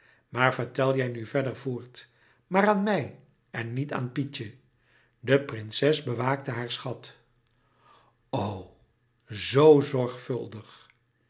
maar vertel jij nu verder louis couperus metamorfoze voort maar aan mij en niet aan pietje de prinses bewaakte haar schat o zoo zorgvuldig